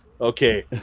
Okay